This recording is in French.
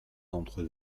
d’entre